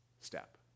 step